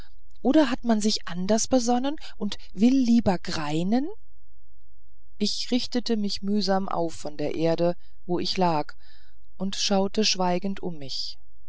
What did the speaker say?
oder hat man sich anders besonnen und will lieber greinen ich richtete mich mühsam auf von der erde wo ich lag und schaute schweigend um mich